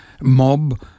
mob